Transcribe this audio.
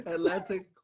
Atlantic